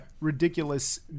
ridiculous